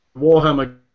Warhammer